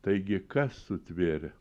taigi kas sutvėrė